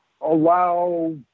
allow